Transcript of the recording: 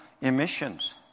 emissions